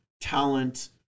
talent